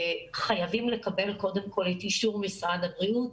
חייבים לקבל קודם כל את אישור משרד הבריאות,